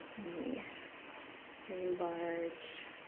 and the very large,